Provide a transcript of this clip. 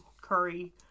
curry